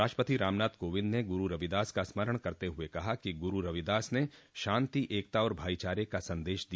राष्ट्रपति रामनाथ कोविंद ने गुरु रविदास का स्मरण करते हुये कहा कि गुरु रविदास ने शांति एकता और भाईचारे का संदेश दिया